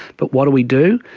but what do we do?